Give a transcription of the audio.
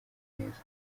neza